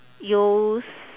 use